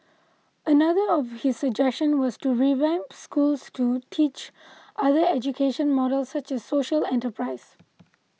another of his suggestion was to revamp schools to teach other education models such as social enterprise